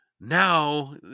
Now